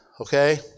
okay